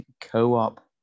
co-op